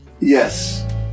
Yes